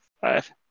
five